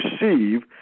receive